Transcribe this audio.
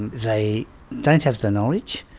they don't have the knowledge,